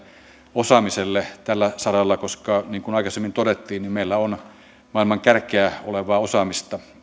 osaamiselle tällä saralla koska niin kuin aikaisemmin todettiin meillä on maailman kärkeä olevaa osaamista